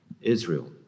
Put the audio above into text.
Israel